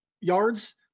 yards